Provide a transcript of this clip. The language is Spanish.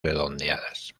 redondeadas